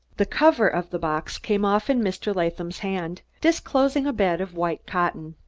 the cover of the box came off in mr. latham's hand, disclosing a bed of white cotton.